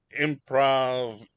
Improv